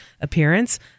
appearance